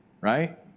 right